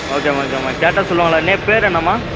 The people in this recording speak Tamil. ஓகேம்மா ஓகேம்மா கேட்டால் சொல்லுவாங்களா நெ பேர் என்னம்மா